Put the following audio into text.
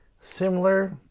similar